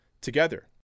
together